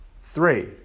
three